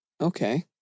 Okay